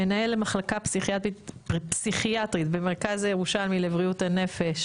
מנהל מחלקה פסיכיאטרית במרכז הירושלמי לבריאות הנפש